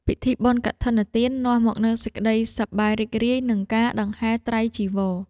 ពិធីបុណ្យកឋិនទាន នាំមកនូវសេចក្តីសប្បាយរីករាយ និងការដង្ហែត្រៃចីវរ។